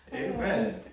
Amen